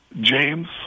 James